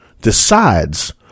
decides